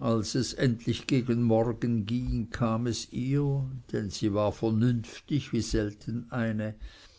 als es endlich gegen morgen ging kam es ihr denn sie war vernünftig wie selten eine